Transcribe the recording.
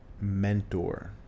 mentor